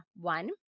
One